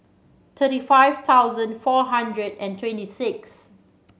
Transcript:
thirty five thousand four hundred and twenty six